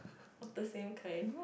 of the same kind